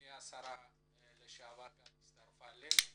הנה השרה לשעבר הצטרפה אלינו.